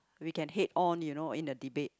we can hate on you know in the debate